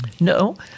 No